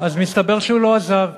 אז מסתבר שהוא לא עזב.